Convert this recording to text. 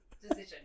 decision